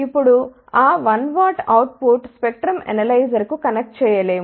ఇప్పుడు ఆ 1 W output spectrum అనలైజర్కు కనెక్ట్ చేయలేము